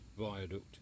viaduct